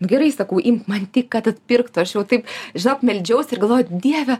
nu gerai sakau imk man tik kad atpirktų aš jau taip žinok meldžiausi ir galvojau dieve